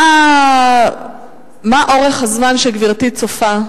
מה משך הזמן שגברתי צופה,